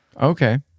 Okay